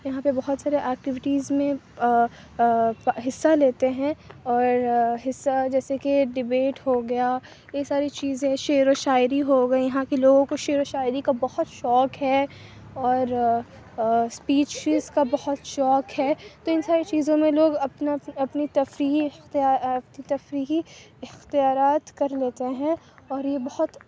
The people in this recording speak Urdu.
یہاں پہ بہت سارے ایکٹیوٹیز میں حصّہ لیتے ہیں اور حصّہ جیسے کہ ڈیبیٹ ہو گیا یہ ساری چیزیں شعر و شاعری ہو گئی یہاں کے لوگوں کو شعر و شاعری کا بہت شوق ہے اور اسپیچیز کا بہت شوق ہے تو اِن ساری چیزوں میں لوگ اپنا اپنی تفریحی تفریحی اختیارات کر لیتے ہیں اور یہ بہت